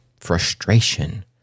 frustration